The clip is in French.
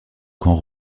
camp